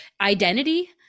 identity